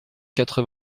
quatre